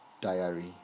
Diary